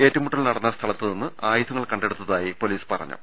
ഏറ്റുമുട്ടൽ നടന്ന സ്ഥലത്തു നിന്നും ആയുധങ്ങൾ കണ്ടെടുത്തായി പൊലീസ് പറ ഞ്ഞു